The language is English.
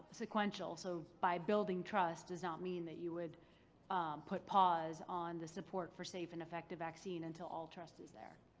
sequential. so by building trust does not mean that you would put pause on the support for safe and effective vaccine until all trust is there.